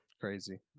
crazy